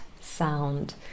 sound